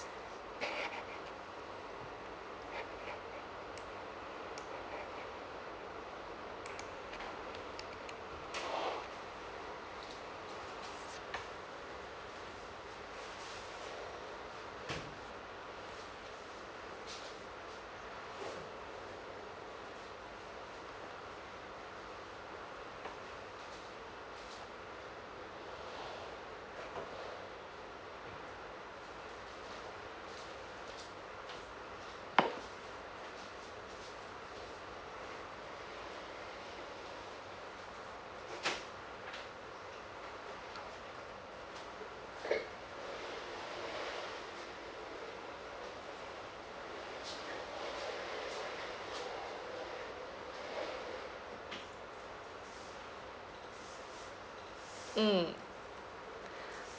mm